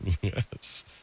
Yes